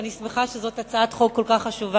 ואני שמחה שזאת הצעת חוק כל כך חשובה,